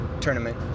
tournament